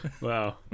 Wow